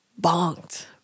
bonked